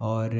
और